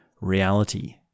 reality